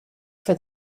for